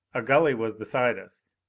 a gully was beside us,